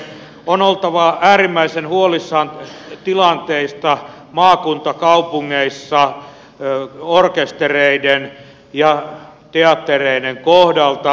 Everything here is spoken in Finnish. on oltava äärimmäisen huolissaan tilanteista maakuntakaupungeissa orkestereiden ja teattereiden kohdalta